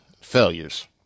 failures